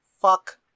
fuck